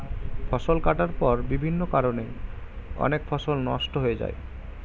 ফসল কাটার পর বিভিন্ন কারণে অনেক ফসল নষ্ট হয়ে যায়